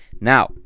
Now